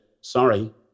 Sorry